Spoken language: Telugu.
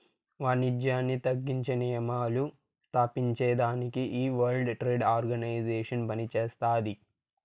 వానిజ్యాన్ని తగ్గించే నియమాలు స్తాపించేదానికి ఈ వరల్డ్ ట్రేడ్ ఆర్గనైజేషన్ పనిచేస్తాది